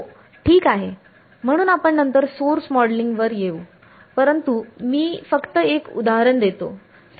हो ठीक आहे म्हणून आपण नंतर सोर्स मॉडेलिंगवर येऊ परंतु मी फक्त एक उदाहरण देतो